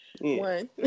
One